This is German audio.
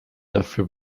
dafür